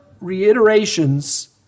reiterations